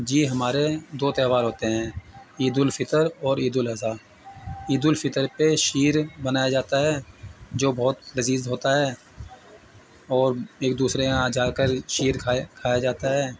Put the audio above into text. جی ہمارے دو تہوار ہوتے ہیں عیدالفطر اور عید الاضحیٰ عید الفطر پہ شیر بنایا جاتا ہے جو بہت لذیذ ہوتا ہے اور ایک دوسرے یہاں جا کر شیر کھا کھایا جاتا ہے